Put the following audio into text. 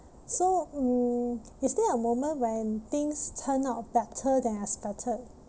so mm is there a moment when things turned out better than expected